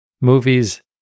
movies